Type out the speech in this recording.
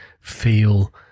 feel